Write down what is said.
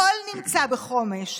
הכול נמצא בחומש,